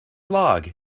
log